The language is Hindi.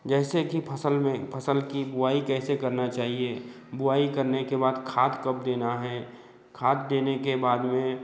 जैसे कि फसल में फसल की बुआई कैसे करना चैहिए बुआई करने के बाद खाद कब देना है खाद देने के बाद में